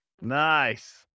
Nice